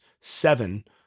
seven